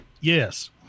yes